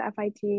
fit